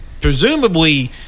presumably